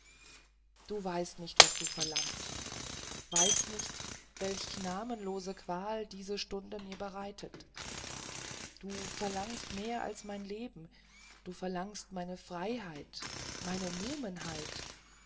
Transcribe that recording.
du weißt nicht was du verlangst weißt nicht welch namenlose qual diese stunde mir bereitet du verlangst mehr als mein leben du verlangst meine freiheit meine